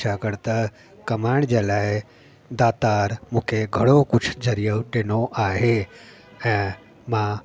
छाकाणि त कमाइण जे लाइ दातार मूंखे घणो कुझु ज़रियो ॾिनो आहे ऐं मां